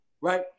Right